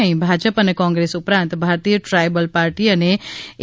અફી ભાજપ અને કોંગ્રેસ ઉપરાંત Bharatiya Tribal Party અને એ